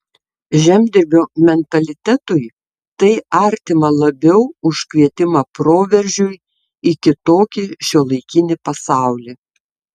žemdirbio mentalitetui tai artima labiau už kvietimą proveržiui į kitokį šiuolaikinį pasaulį